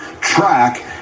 track